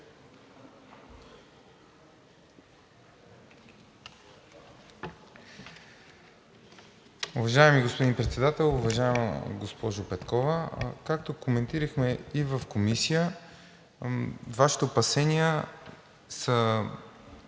Уважаеми господин Председател, уважаема госпожо Петкова, както коментирахме и в Комисията, Вашите опасения са